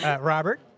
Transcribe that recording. Robert